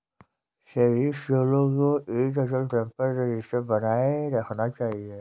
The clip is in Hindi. सभी स्कूलों को एक अचल संपत्ति रजिस्टर बनाए रखना चाहिए